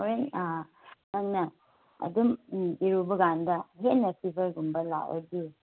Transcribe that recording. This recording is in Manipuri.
ꯍꯣꯏ ꯅꯪꯅ ꯑꯗꯨꯝ ꯏꯔꯨꯕ ꯀꯥꯟꯗ ꯍꯦꯟꯅ ꯐꯤꯕꯔꯒꯨꯝꯕ ꯂꯥꯛꯂꯗꯤ